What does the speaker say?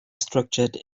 structured